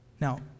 now